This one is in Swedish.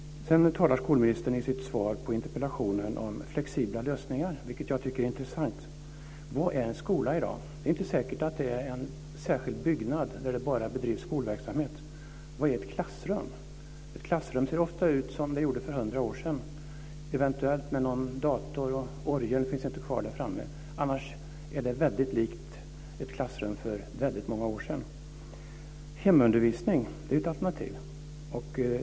Sedan talar skolministern i sitt svar på interpellationen om flexibla lösningar, vilket jag tycker är intressant. Vad är en skola i dag? Det är inte säkert att det är en särskild byggnad där det bara bedrivs skolverksamhet. Vad är ett klassrum? Ett klassrum ser ofta ut som det gjorde för hundra år sedan. Eventuellt finns det någon dator, och orgeln finns inte kvar där framme. Annars är det väldigt likt ett klassrum för väldigt många år sedan. Hemundervisning är ett alternativ.